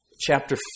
chapter